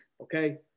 okay